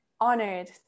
honored